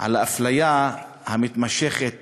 על האפליה המתמשכת